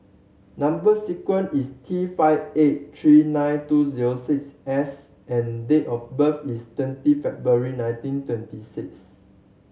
number sequence is T five eight three nine two zero six S and date of birth is twenty February nineteen twenty six